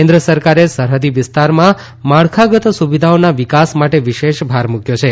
કેન્દ્ર સરકારે સરહદી વીસ્તારના માળખાગત સુવિધાઓના વિકાસ માટે વિશેષ ભાર મુકયો છે